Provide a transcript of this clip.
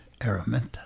Araminta